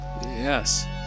Yes